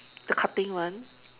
the cutting one